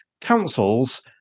councils